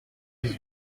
dix